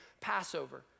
Passover